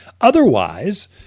Otherwise